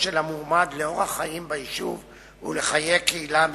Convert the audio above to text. של המועמד לאורח החיים ביישוב ולחיי קהילה מצומצמת.